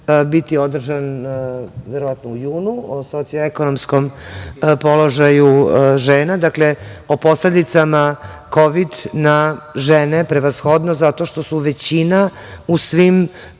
biti održan verovatno u junu, o socioekonomskom položaju žena, dakle, o posledicama kovid na žene prevashodno, zato što su većina u